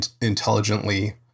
intelligently